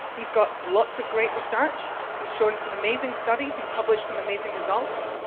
he's got lots of great research, he's shown some amazing studies and published some amazing results.